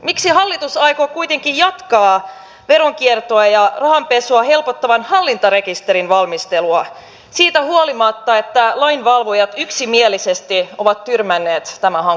miksi hallitus aikoo kuitenkin jatkaa veronkiertoa ja rahanpesua helpottavan hallintarekisterin valmistelua siitä huolimatta että lainvalvojat yksimielisesti ovat tyrmänneet tämän hankkeen